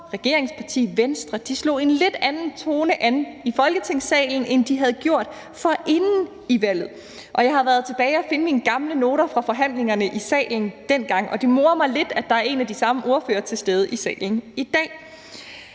regeringsparti Venstre slog en lidt anden tone an i Folketingssalen, end de havde gjort inden valget. Jeg har været tilbage og finde mine gamle noter fra forhandlingerne i salen dengang, og det morer mig lidt, at der er en af ordførererne fra dengang til stede i salen i dag.